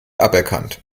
aberkannt